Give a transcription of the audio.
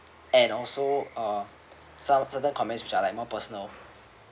and also uh some certain comments which are like more personal